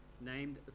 named